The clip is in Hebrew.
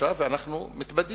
שלושה חודשים ואנחנו מתבדים.